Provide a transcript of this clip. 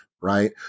right